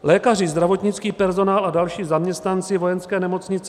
Lékaři, zdravotnický personál a další zaměstnanci Vojenské nemocnice